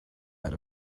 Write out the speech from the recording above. out